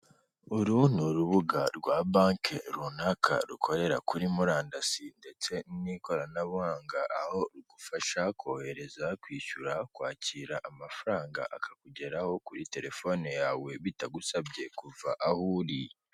Uru ni urubuga rwa banki runaka rukorera kuri murandasi ndetse n'ikoranabuhanga, aho rugufasha kohereza, kwishyura, kwakira amafaranga akakugeraho kuri telefone yawe bitagusabye kuva aho uri.